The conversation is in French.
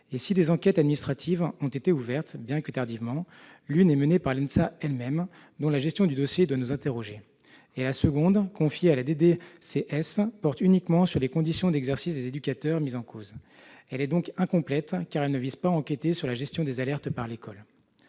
Et si des enquêtes administratives ont été ouvertes, bien que tardivement, l'une est menée par l'ENSA elle-même, dont la gestion du dossier doit nous interroger, et la seconde, confiée à la direction départementale de la cohésion sociale (DDCS), porte uniquement sur les conditions d'exercice des éducateurs mis en cause. Elle est donc incomplète, car elle ne vise pas à enquêter sur la gestion des alertes par l'école.